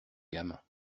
gamin